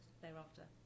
thereafter